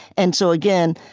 and so again,